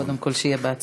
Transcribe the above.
שיהיה בהצלחה.